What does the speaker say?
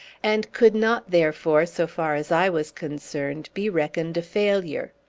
and could not, therefore, so far as i was concerned, be reckoned a failure.